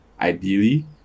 ideally